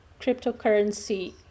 cryptocurrency